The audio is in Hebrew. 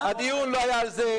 הדיון לא היה על זה.